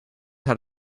had